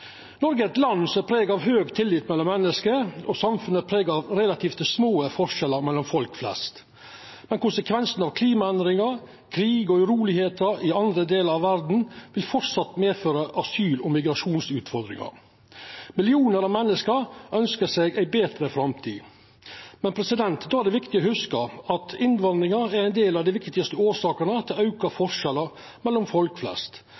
Noreg er eit land prega av høg tillit mellom menneske, og samfunnet er prega av relativt små forskjellar mellom folk flest. Konsekvensane av klimaendringar, krig og uro i andre delar av verda vil framleis medføra asyl- og migrasjonsutfordringar. Millionar av menneske ønskjer seg ei betre framtid. Men då er det viktig å hugsa at innvandringa er ein av dei viktigaste årsakene til auka forskjellar mellom folk flest.